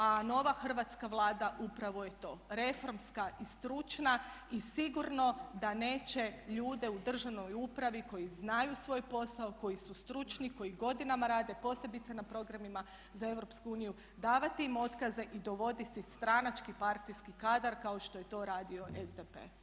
A nova Hrvatska vlada upravo je to, reformska i stručna i sigurno da neće ljude u državnoj upravi koji znaju svoj posao, koji su stručni, koji godinama rade posebice na programima za EU davati im otkaze i dovoditi stranački partijski kadar kako što je to radio SDP.